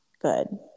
good